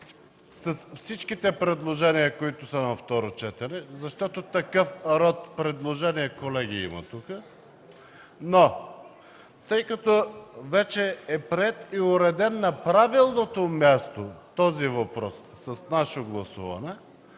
с всичките предложения, които са на второ четене, защото такъв род предложения, колеги, има тук. Тъй като този въпрос вече е приет и уреден на правилното място с наше гласуване,